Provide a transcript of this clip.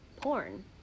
porn